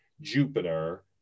Jupiter